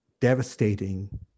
devastating